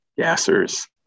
gassers